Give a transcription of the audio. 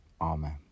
Amen